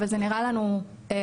אבל זה נראה לנו בסדר,